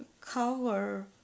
cover